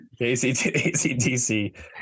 ACDC